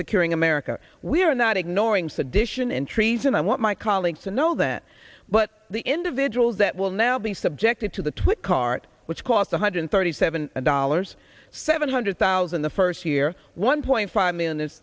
securing america we are not ignoring sedition and treason i want my colleagues to know that but the individuals that will now be subjected to the twit cart which cost one hundred thirty seven dollars seven hundred thousand the first year one point five mi